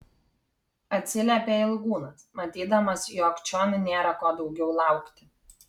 atsiliepė ilgūnas matydamas jog čion nėra ko daugiau laukti